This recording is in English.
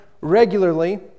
regularly